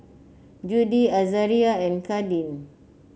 Judie Azaria and Kadin